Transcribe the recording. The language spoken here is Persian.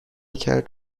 کرد